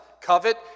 covet